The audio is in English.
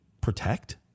protect